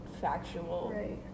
factual